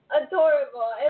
adorable